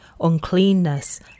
uncleanness